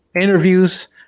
interviews